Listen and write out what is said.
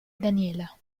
daniela